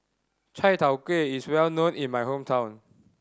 chai tow kway is well known in my hometown